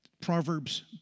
Proverbs